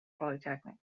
polytechnic